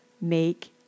make